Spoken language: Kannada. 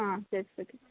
ಹಾಂ ಸೇರ್ಸ್ಬೇಕಿತ್ತು